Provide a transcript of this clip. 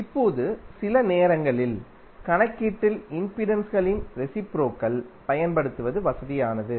இப்போது சில நேரங்களில் கணக்கீட்டில் இம்பிடன்ஸ்களின் ரெசிப்ரோகல் பயன்படுத்துவது வசதியானது